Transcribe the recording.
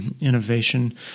innovation